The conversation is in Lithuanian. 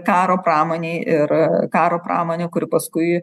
karo pramonei ir karo pramonė kuri paskui